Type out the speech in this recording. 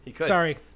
Sorry